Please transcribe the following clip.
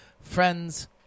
friends